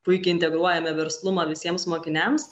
puikiai integruojame verslumą visiems mokiniams